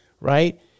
right